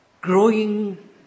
growing